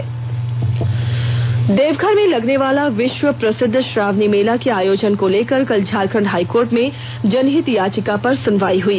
श्रावणी मेला सुनवाई देवघर में लगने वाला विष्व प्रसिद्ध श्रावणी मेला के आयोजन को लेकर कल झारखंड हाईकोर्ट में जनहित याचिका पर सुनवाई हुई